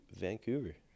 Vancouver